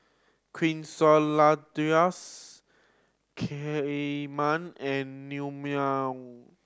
Quesadillas Kheema and Naengmyeon